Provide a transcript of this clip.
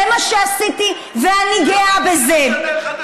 זה מה שעשיתי, ואני גאה בזה.